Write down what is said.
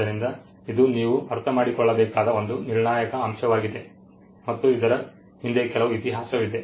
ಆದ್ದರಿಂದ ಇದು ನೀವು ಅರ್ಥಮಾಡಿಕೊಳ್ಳಬೇಕಾದ ಒಂದು ನಿರ್ಣಾಯಕ ಅಂಶವಾಗಿದೆ ಮತ್ತು ಇದರ ಹಿಂದೆ ಕೆಲವು ಇತಿಹಾಸವಿದೆ